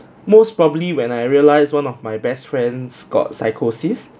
most probably when I realised one of my best friend got psychosis